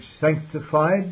sanctified